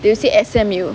they will say S_M_U